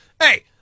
Hey